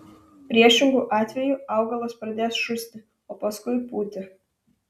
priešingu atveju augalas pradės šusti o paskui pūti